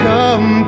Come